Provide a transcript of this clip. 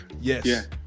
Yes